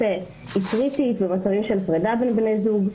היא קריטית במצבים של פרידה בין בני זוג.